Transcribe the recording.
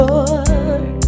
Lord